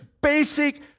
basic